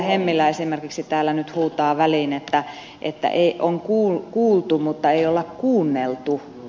hemmilä esimerkiksi täällä nyt huutaa väliin että on kuultu mutta ei ole kuunneltu